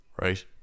right